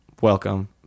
Welcome